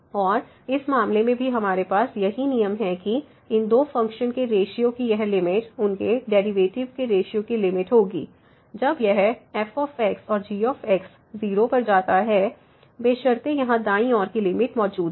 और इस मामले में भी हमारे पास यही नियम है कि इन दो फ़ंक्शन के रेश्यो की यह लिमिट उनके डेरिवेटिव के रेश्यो की लिमिट होगी जब यह f और g 0 पर जाता है बशर्ते यहां दायीं ओर की लिमिट मौजूद है